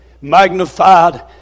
magnified